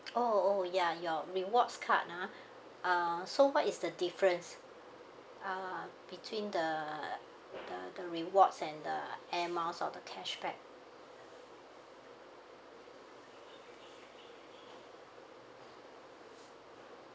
oh oh ya your rewards card ah uh so what is the difference uh between the the the rewards and the air miles or the cashback